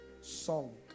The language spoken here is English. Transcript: song